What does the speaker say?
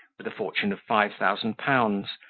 with a fortune of five thousand pounds,